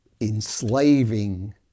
enslaving